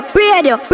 radio